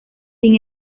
sin